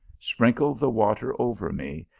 sprinkle the water over me,